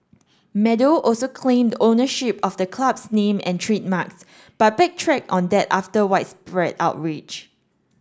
Meadow also claimed ownership of the club's name and trademarks but backtracked on that after widespread outrage